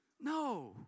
No